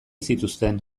zituzten